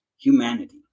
humanity